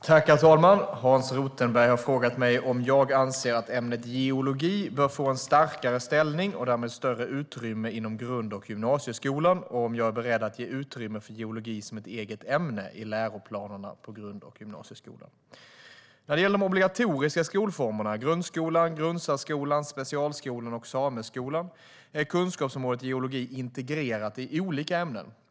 Herr talman! Hans Rothenberg har frågat mig om jag anser att ämnet geologi bör få en starkare ställning och därmed större utrymme inom grund och gymnasieskolan och om jag är beredd att ge utrymme för geologi som ett eget ämne i läroplanerna på grund och gymnasieskolan. När det gäller de obligatoriska skolformerna - grundskolan, grundsärskolan, specialskolan och sameskolan - är kunskapsområdet geologi integrerat i olika ämnen.